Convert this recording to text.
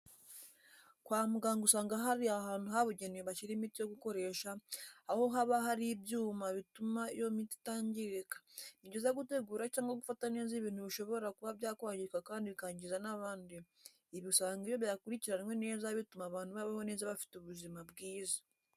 Kwa muganga usanga hari ahantu habugenewe bashyira imiti yo gukoresha, aho haba hari ibyuma bituma iyo miti itangirika, ni byiza gutegura cyangwa gufata neza ibintu bishobora kuba byakwangirika kandi bikangiza n'abandi, ibi usanga iyo byakurikiranwe neza bituma abantu babaho neza bafite ubuzima bwiza.